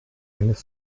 eines